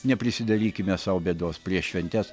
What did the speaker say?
neprisidarykime sau bėdos prieš šventes